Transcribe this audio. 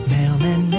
Mailman